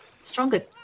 stronger